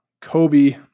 Kobe